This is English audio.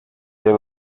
they